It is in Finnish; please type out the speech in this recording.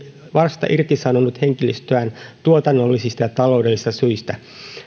vasta irtisanonut henkilöstöään tuotannollisista ja taloudellisista syistä